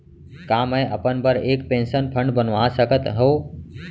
का मैं अपन बर एक पेंशन फण्ड बनवा सकत हो?